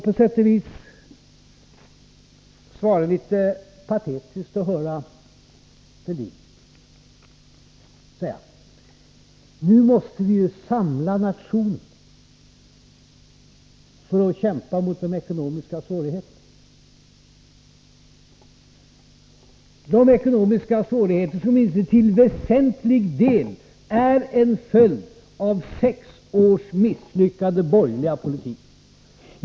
På sätt och vis var det litet patetiskt att höra Thorbjörn Fälldin säga: Nu måste vi samla nationen för att kämpa mot de ekonomiska svårigheterna. De svårigheterna är ju till väsentlig del en följd av sex års misslyckad borgerlig politik.